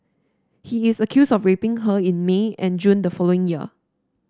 he is accused of raping her in May and June the following year